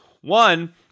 One